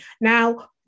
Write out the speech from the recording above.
Now